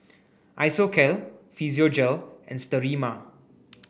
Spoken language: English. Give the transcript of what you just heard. Isocal Physiogel and Sterimar